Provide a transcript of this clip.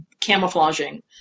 camouflaging